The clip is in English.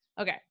Okay